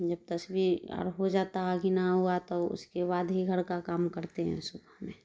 جب تسبیح اور ہو جاتا ہے گنا ہوا تو اس کے بعد ہی گھر کا کام کرتے ہیں صبح میں